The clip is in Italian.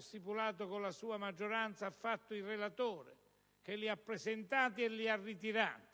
stipulato con la sua maggioranza, ha fatto il relatore, che ha presentato gli emendamenti